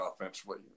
offensively